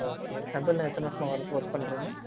okay கம்பெனியில எத்தனை வருஷமா வேலை ஒர்க் பண்ணுறீங்க